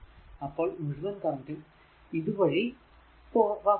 അപ്പോൾ മുഴുവൻ കറന്റ് ഉം ഇത് വഴി പാസ് ചെയ്യും